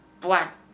black